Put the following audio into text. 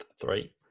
Three